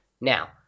Now